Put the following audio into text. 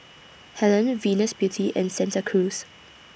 Helen Venus Beauty and Santa Cruz